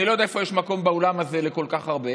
אני לא יודע איפה יש מקום באולם הזה לכל כך הרבה.